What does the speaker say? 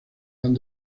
juan